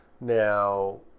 Now